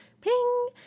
ping